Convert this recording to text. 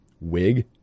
wig